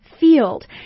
field